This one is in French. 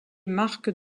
marques